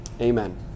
Amen